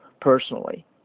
personally